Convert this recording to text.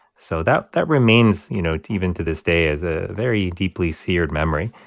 so that that remains, you know, even to this day as a very deeply seared memory.